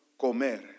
comer